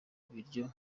biryo